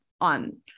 on